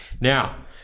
Now